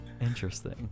interesting